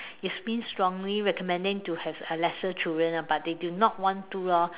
which means strongly recommending to have lesser children ah but they do not want to lor